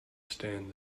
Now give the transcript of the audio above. stand